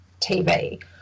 TV